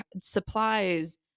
supplies